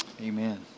amen